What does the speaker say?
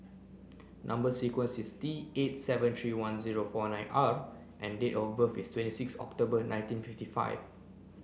number sequence is T eight seven three one zero four nine R and date of birth is twenty six October nineteen fifty five